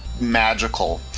magical